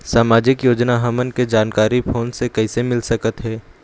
सामाजिक योजना हमन के जानकारी फोन से कइसे मिल सकत हे?